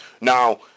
Now